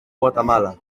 guatemala